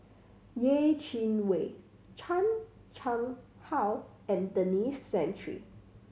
Yeh Chi Wei Chan Chang How and Denis Santry